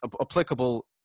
applicable